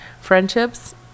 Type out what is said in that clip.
friendships